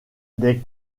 des